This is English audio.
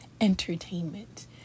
entertainment